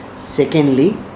Secondly